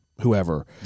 whoever